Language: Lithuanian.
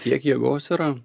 tiek jėgos yra